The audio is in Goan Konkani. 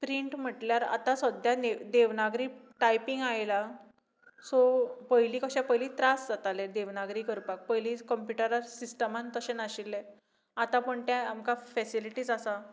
प्रिंट म्हणल्यार आतां सद्या देवनागरी टायपींग आयलां सो पयलीं कशें पयलीं त्रास जाताले देवनागरी करपाक पयलीं कंप्यूटर सिस्टमांत तशें नाशिल्लें आतां पूण तें आमकां फेसिलिटीझ आसा